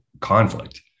conflict